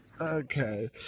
Okay